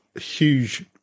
huge